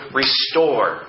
restore